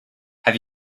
have